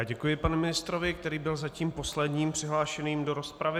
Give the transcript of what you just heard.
Děkuji panu ministrovi, který byl zatím posledním přihlášeným do rozpravy.